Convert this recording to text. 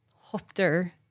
hotter